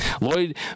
Lloyd